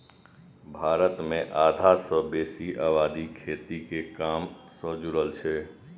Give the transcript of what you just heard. भारत मे आधा सं बेसी आबादी खेती के काम सं जुड़ल छै